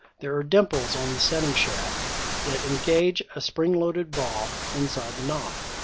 there are dimples on the setting shaft that engage a spring-loaded ball inside the knob.